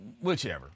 whichever